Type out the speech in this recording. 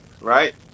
right